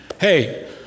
hey